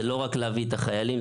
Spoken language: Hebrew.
שזה לא רק להביא את החיילים,